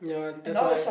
ya that's why